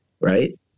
right